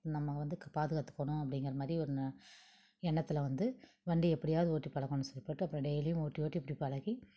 நம்ம வந்து பாதுகாத்துக்கணும் அப்டிங்கறமாதிரி ஒரு ந எண்ணத்தில் வந்து வண்டியை எப்படியாவது ஓட்டி பழகணும் சொல்லிப்போட்டு அப்புறம் டெய்லியும் ஓட்டி ஓட்டி இப்படி பழகி